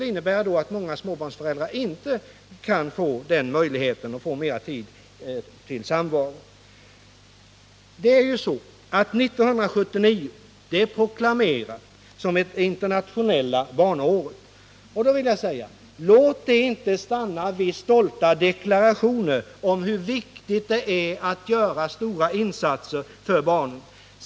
Det innebär att många småbarnsföräldrar inte kan utnyttja möjligheten att få mera tid till samvaro med barnen. 1979 är proklamerat som det internationella barnåret, som jag hoppas skall innebära ökade insatser för barnen. Jag vill då säga: Låt inte det internationella barnåret stanna vid stolta deklarationer om hur viktigt det är att göra stora insatser för barnen!